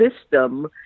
system